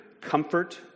comfort